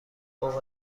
فوق